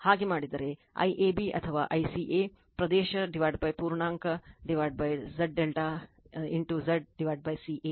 ಹಾಗೆ ಮಾಡಿದರೆ IAB ಅಥವಾICA ಪ್ರದೇಶ ಪೂರ್ಣಾಂಕ Z ∆ Z CA ಆಗಿರುತ್ತದೆ